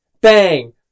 bang